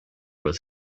was